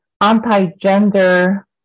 anti-gender